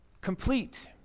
complete